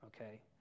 okay